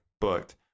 booked